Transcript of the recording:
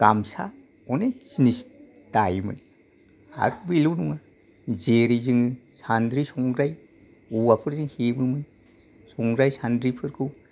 गामसा अनेक जिनिस दायोमोन आरो बेल' नङा जेरै जोङो सानद्रि संग्राय औवाफोरजों हेबोमोन संग्राय सानद्रिफोरखौ